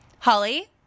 Holly